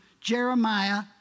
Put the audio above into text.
Jeremiah